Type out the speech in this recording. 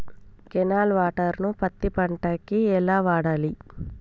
Canal water ను పత్తి పంట కి ఎలా వాడాలి?